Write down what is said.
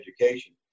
education